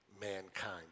mankind